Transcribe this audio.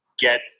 get